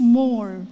more